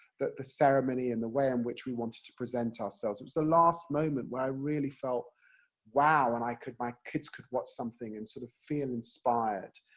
that the ceremony, and the way in which we wanted to present ourselves, was the last moment where i really felt wow, and i could, my kids could watch something, and sort of feel inspired.